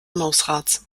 mausrads